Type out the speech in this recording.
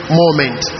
moment